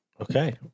Okay